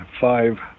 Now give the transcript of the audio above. five